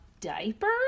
diapers